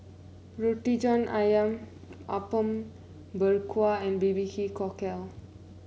Roti John ayam Apom Berkuah and Barbecue Cockle